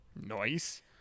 Nice